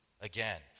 Again